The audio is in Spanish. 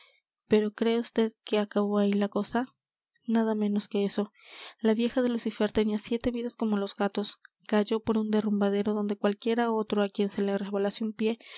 pero cree usted que acabó ahí la cosa nada menos que eso la vieja de lucifer tenía siete vidas como los gatos cayó por un derrumbadero donde cualquiera otro á quien se le resbalase un pie